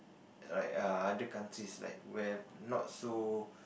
there're like ya other countries like where not so